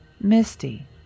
Misty